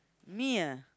me ah